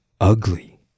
ugly